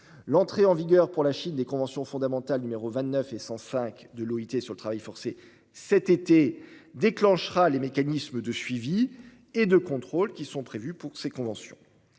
L'entrée en vigueur pour la Chine des conventions fondamentales n 29 et 105 de l'OIT sur le travail forcé, cet été, déclenchera les mécanismes de suivi et de contrôle qui sont prévus pour ces conventions.